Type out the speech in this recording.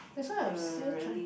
that's why I was still try